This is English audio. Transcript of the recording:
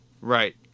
Right